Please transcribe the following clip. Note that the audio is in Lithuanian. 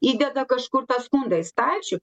įdeda kažkur tą skundą į stalčių